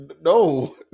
No